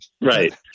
Right